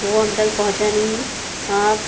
وہ ہم تک پہنچا نہیں ہے ہاں آپ